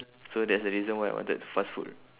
so that's the reason why I wanted fast food